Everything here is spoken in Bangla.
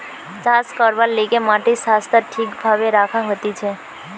চাষ করবার লিগে মাটির স্বাস্থ্য ঠিক ভাবে রাখা হতিছে